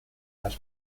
las